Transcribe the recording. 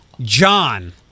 John